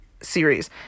series